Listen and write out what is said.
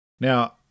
Now